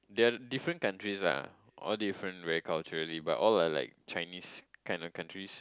they're different countries ah all different very culturally but all are like Chinese kind of countries